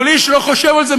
אבל איש לא חושב על זה,